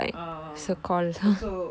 ah oh so